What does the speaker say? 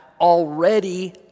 already